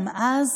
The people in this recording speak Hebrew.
גם אז,